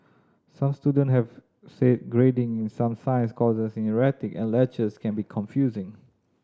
some student have said grading in some science courses is erratic and lectures can be confusing